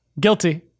Guilty